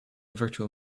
virtual